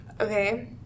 Okay